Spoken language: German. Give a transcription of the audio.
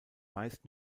meist